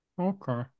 Okay